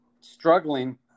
struggling